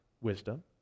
wisdom